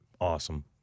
awesome